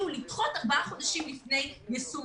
הוא לדחות ארבעה חודשים לפני יישום החוק.